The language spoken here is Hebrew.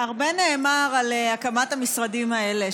הרבה נאמר על הקמת המשרדים האלה,